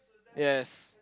yes